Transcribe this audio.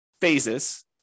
phases